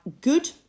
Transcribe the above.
good